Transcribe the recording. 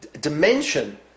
dimension